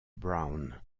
brown